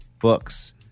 books